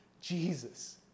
Jesus